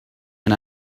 and